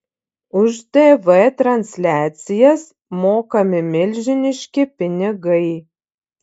už tv transliacijas mokami milžiniški pinigai